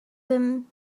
them